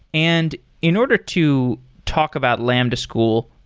and in order to talk about lambda school,